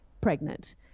pregnant